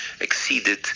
exceeded